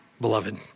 beloved